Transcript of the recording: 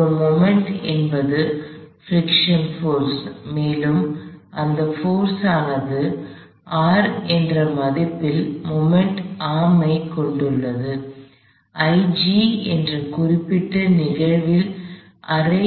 ஒரு மொமெண்ட் என்பது friction force மேலும் அந்த போர்ஸ் ஆனது R என்ற மதிப்பில் மொமெண்ட் ஆர்ம் ஐ க் கொண்டுள்ளது இந்த குறிப்பிட்ட நிகழ்வில் அரை